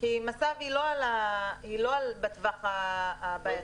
מס"ב היא לא בטווח הבעייתי,